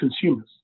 consumers